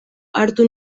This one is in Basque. hartu